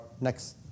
next